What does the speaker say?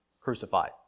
crucified